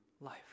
life